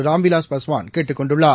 ராம்விலாஸ் பாஸ்வான் கேட்டுக் கொண்டுள்ளார்